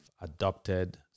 adopted